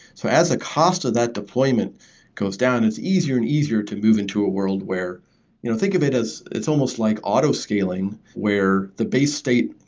so as a cost of that deployment goes down, it's easier and easier to move into ah world where you know think of it as it's almost like auto-scaling where the base state,